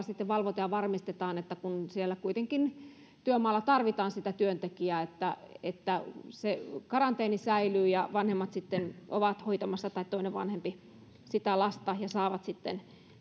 sitten valvotaan ja varmistetaan kun kuitenkin siellä työmaalla tarvitaan sitä työntekijää että että se karanteeni säilyy ja kun vanhemmat sitten ovat hoitamassa tai toinen vanhempi sitä lasta he saavat sitten